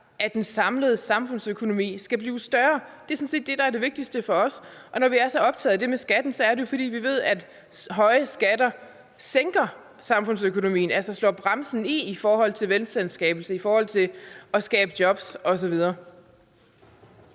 at den samlede samfundsøkonomi skal blive større. Det er sådan set det, der er det vigtigste for os. Og når vi er så optaget af det med skatten, er det, fordi vi ved, at høje skatter sænker samfundsøkonomien, altså slår bremsen i i forhold til velstandsskabelse, i forhold til at skabe job osv.